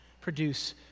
produce